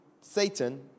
Satan